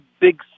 big